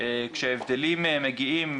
כשההבדלים מגיעים,